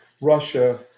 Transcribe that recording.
Russia